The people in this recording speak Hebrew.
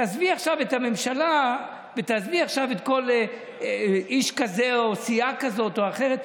תעזבי עכשיו את הממשלה ותעזבי עכשיו איש כזה או סיעה כזאת או אחרת,